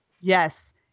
yes